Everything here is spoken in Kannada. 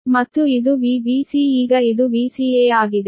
ಮತ್ತು ಇದು Vbc ಈಗ ಇದು Vca ಆಗಿದೆ